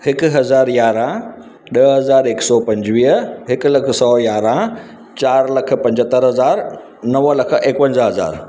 हिकु हज़ारु यारहं ॾह हज़ार हिकु सौ पंजवीह हिकु लखु सौ यारहं चारि लखु पंजहतरि हज़ार नव लखु एकवंजाहु हज़ार